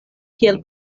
kiel